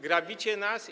Grabicie nas.